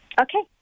Okay